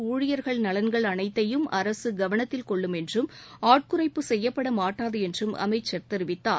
ஊழியர்கள் நலன்கள் அனைத்தையும் அரசு கவனத்தில் கொள்ளும் என்றும் ஆட்குறைப்பு செய்யப்பட மாட்டாது என்றும் அமைச்சர் தெரிவித்தார்